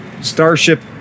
starship